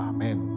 Amen